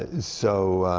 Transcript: ah so,